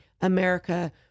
America